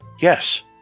yes